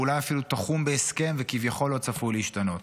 או אולי אפילו תחום בהסכם וכביכול לא צפוי להשתנות.